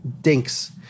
dinks